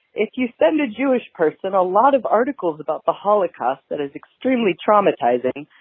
if you send a jewish person a lot of articles about the holocaust, that is extremely traumatizing.